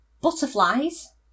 Butterflies